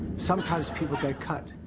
sometimes people get cut,